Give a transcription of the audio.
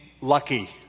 Lucky